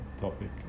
topic